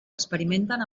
experimenten